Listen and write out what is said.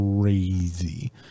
crazy